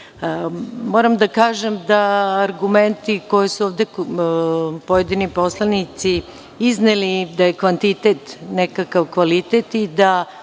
Moram da kažem da argumenti koji su ovde pojedini poslanici izneli, da je kvantitet nekakav kvalitet i da